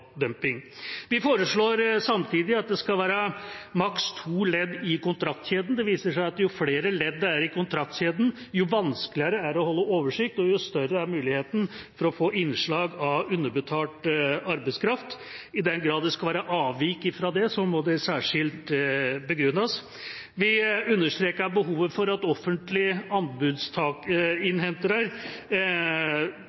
dumping. Vi foreslår samtidig at det skal være maks to ledd i kontraktkjeden. Det viser seg at jo flere ledd det er i kontraktkjeden, jo vanskeligere er det å holde oversikt, og jo større er muligheten for å få innslag av underbetalt arbeidskraft. I den grad det skal være avvik fra det, må det særskilt begrunnes. Vi understreker behovet for at offentlige